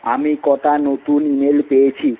আমি কটা নতুন ইমেল পেয়েছি